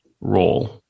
role